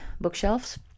bookshelves